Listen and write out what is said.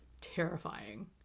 terrifying